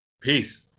Peace